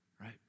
right